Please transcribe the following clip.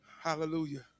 Hallelujah